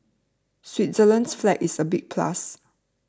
Switzerland's flag is a big plus